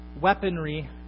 weaponry